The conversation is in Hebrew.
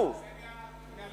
התחייבנו, זה מהלקסיקון הצבאי החדש.